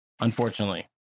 Unfortunately